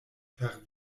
per